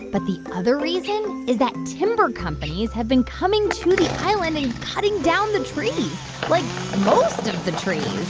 but the other reason is that timber companies have been coming to the island and cutting down the trees like, most of the trees